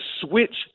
switch